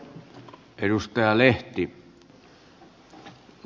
arvoisa herra puhemies